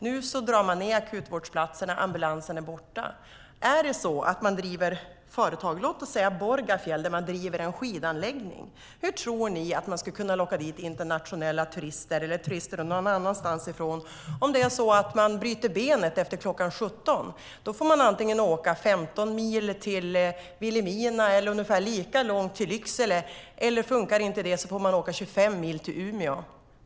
Nu drar man ned på akutvårdsplatserna, och ambulansen är borta. Hur tror ni att man ska kunna locka turister till exempelvis skidanläggningen i Borgafjäll om man antingen får åka 15 mil till Vilhelmina, lika långt till Lycksele eller 25 mil till Umeå om man bryter benet efter kl. 17?